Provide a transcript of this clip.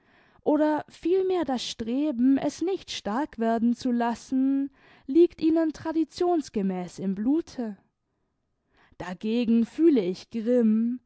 oder vielmehr das streben es nicht stark werden zu lassen liegt ihnen traditionsgemäß im blute dagegen fühle ich grimm